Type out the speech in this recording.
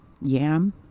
yam